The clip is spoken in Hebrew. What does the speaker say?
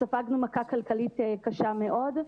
ספגנו מכה כלכלית קשה מאוד.